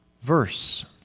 verse